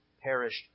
perished